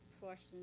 question